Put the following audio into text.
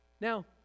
Now